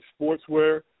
Sportswear